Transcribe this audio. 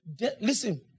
Listen